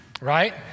right